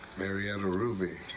marietta ruby.